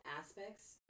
aspects